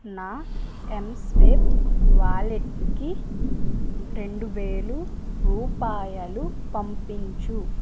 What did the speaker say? నా mSwipe wallet కి రెండు వేలు రూపాయలు పంపించు